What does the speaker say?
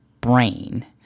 brain